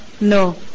No